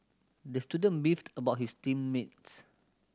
the student beefed about his team mates